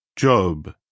Job